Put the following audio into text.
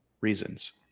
reasons